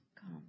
come